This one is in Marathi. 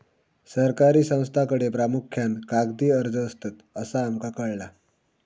सरकारी संस्थांकडे प्रामुख्यान कागदी अर्ज असतत, असा आमका कळाला